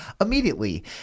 immediately